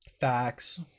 facts